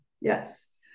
yes